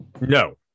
No